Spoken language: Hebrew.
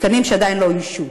התקנים שעדיין לא אוישו.